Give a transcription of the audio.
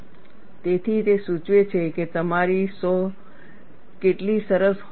તેથી તે સૂચવે છે કે તમારી સો કેટલી સરસ હોવી જોઈએ